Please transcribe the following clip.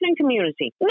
community